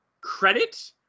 credit